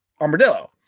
Armadillo